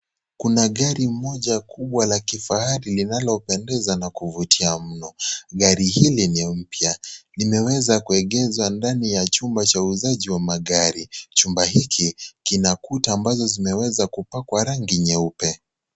Kuna gari moja kubwa la kifahari linalopendeza na kuvutia mno. Gari hili ni mpya. Limeweza kuegeshwa ndani ya chumba cha uuzaji wa magari. Chumba hiki, kina kuta ambazo zimeweza kupakiwa rangi nyeupe.